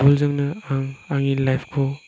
football जोंनो आं आंनि लाइफ खौ